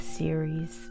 series